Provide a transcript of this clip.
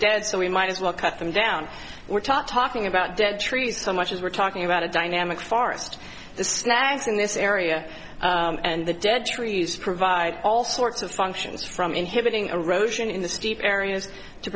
dead so we might as well cut them down we're talking about dead trees so much as we're talking about a dynamic farthest the snags in this area and the dead trees provide all sorts of functions from inhibiting a